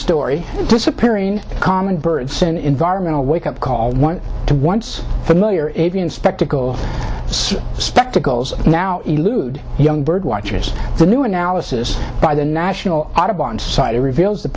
story disappearing common birds in environmental wake up call to once familiar avian spectacle spectacles now elude young bird watchers the new analysis by the national audubon society reveals the